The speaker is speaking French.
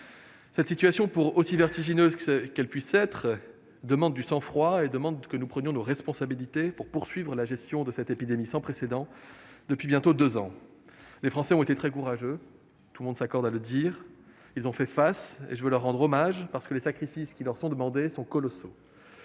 Cette situation, aussi vertigineuse qu'elle puisse être, exige que nous prenions nos responsabilités avec sang-froid afin de poursuivre la gestion d'une épidémie sans précédent, qui dure depuis bientôt deux ans. Les Français ont été courageux, tout le monde s'accorde à le dire. Ils ont fait face et je veux leur rendre hommage parce que les sacrifices qui leur sont demandés sont colossaux.